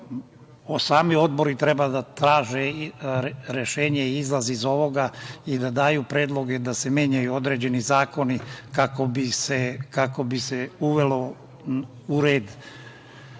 sami odbori treba da traže rešenje i izlaz iz ovoga i da daju predloge da se menjaju određeni zakoni kako bi se uvelo u red